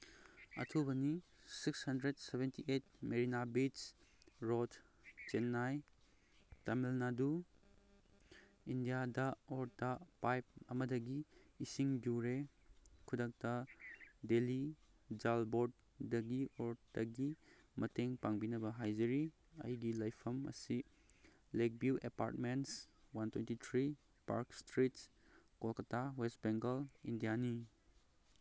ꯑꯊꯨꯕꯅꯤ six hundred seventy eight ꯃꯦꯔꯤꯅꯥ beach road Chennai Tamil Nadu ꯏꯟꯗꯤꯌꯥꯗ ꯑꯣꯔ ꯇ ꯄꯥꯏꯞ ꯑꯃꯗꯒꯤ ꯏꯁꯤꯡ ꯌꯨꯔꯦ ꯈꯨꯗꯛꯇ ꯗꯦꯜꯂꯤ ꯖꯥꯜꯕꯣꯔꯠꯗꯒꯤ ꯑꯣꯔ ꯇꯒꯤ ꯃꯇꯦꯡ ꯄꯥꯡꯕꯤꯅꯕ ꯍꯥꯏꯖꯔꯤ ꯑꯩꯒꯤ ꯂꯩꯐꯝ ꯑꯁꯤ lake view apartments one twenty three park streets Kolkata west Bengal ꯏꯟꯗꯤꯌꯥꯅꯤ